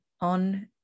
on